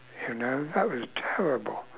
you know that was terrible